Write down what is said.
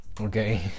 okay